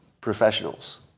professionals